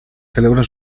celebran